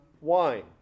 wine